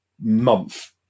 month